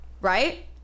right